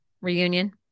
reunion